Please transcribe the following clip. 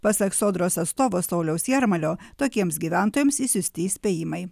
pasak sodros atstovo sauliaus jarmalio tokiems gyventojams išsiųsti įspėjimai